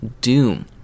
Doom